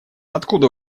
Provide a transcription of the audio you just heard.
откуда